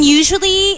usually